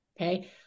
Okay